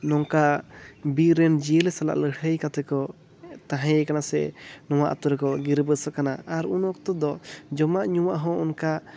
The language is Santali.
ᱱᱚᱝᱠᱟ ᱵᱤᱨ ᱨᱮᱱ ᱡᱤᱭᱟᱹᱞᱤ ᱥᱟᱞᱟᱜ ᱞᱟᱹᱲᱦᱟᱹᱭ ᱠᱟᱛᱮ ᱠᱚ ᱛᱟᱦᱮᱸ ᱟᱠᱟᱱᱟ ᱥᱮ ᱱᱚᱣᱟ ᱟᱛᱳ ᱨᱮᱠᱚ ᱜᱤᱨᱟᱹ ᱵᱟᱥ ᱟᱠᱟᱱᱟ ᱩᱱ ᱚᱠᱛᱚ ᱫᱚ ᱡᱚᱢᱟᱜ ᱧᱩᱭᱟᱜ ᱦᱚᱸ ᱚᱱᱠᱟ